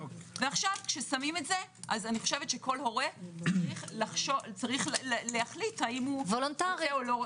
עכשיו כל הורה צריך להחליט האם הוא רוצה או לא.